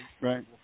Right